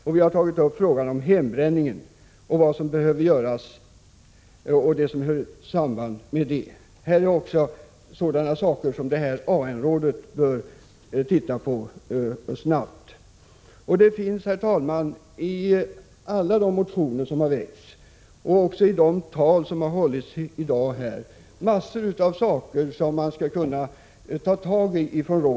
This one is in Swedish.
Vi har även tagit upp frågan om hembränningen och det som hör samman med den. Detta är saker som AN-rådet bör titta på omgående. Herr talman! Det finns i alla motioner som väckts och i de tal som hållits i dag saker som AN-rådet skall kunna ta tag i.